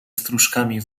strużkami